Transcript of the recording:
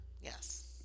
Yes